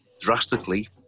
drastically